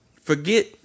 Forget